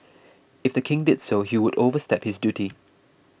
if the King did so he would overstep his duty